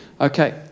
Okay